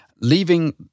leaving